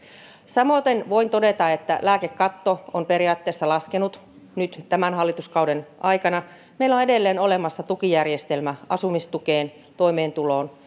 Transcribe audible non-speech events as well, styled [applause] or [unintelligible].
samoiten voin todeta että lääkekatto on periaatteessa laskenut nyt tämän hallituskauden aikana meillä on edelleen olemassa tukijärjestelmä asumistukeen toimeentuloon [unintelligible]